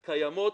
קיימות.